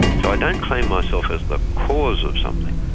so i don't claim myself as the cause of something.